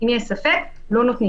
אם יש ספק, לא נותנים.